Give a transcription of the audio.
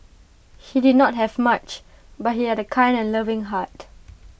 he did not have much but he had A kind and loving heart